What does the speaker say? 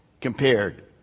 compared